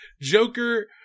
joker